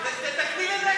איתן ברושי, מיכל בירן,